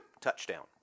Touchdown